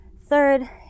Third